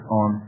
on